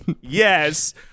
yes